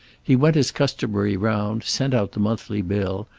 he went his customary round, sent out the monthly bills,